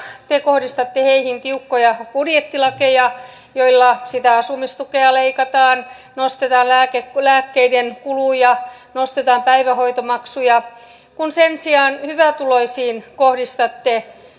te kohdistatte pienituloisiin tiukkoja budjettilakeja joilla sitä asumistukea leikataan nostetaan lääkkeiden kuluja nostetaan päivähoitomaksuja kun sen sijaan hyvätuloisiin kohdistatte